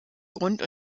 grund